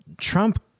Trump